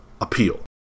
appeal